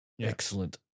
Excellent